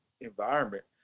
environment